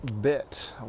bit